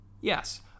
Yes